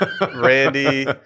Randy